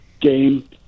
game